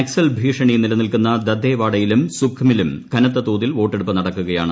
നക്സൽ ഭീഷണി നിലനിൽക്കുന്ന ദന്തേവാഡയിലും സുഖ്മയിലും കനത്ത തോതിൽ വോട്ടെടുപ്പ് നടക്കുകയാണ്